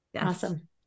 Awesome